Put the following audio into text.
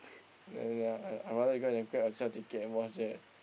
uh ya I I rather you go and grab yourself ticket and watch that